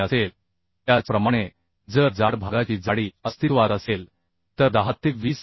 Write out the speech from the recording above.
असेल त्याचप्रमाणे जर जाड भागाची जाडी अस्तित्वात असेल तर 10 ते 20 मि